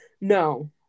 No